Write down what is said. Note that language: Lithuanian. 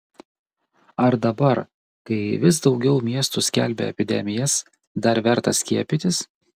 ar dabar kai vis daugiau miestų skelbia epidemijas dar verta skiepytis